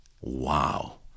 Wow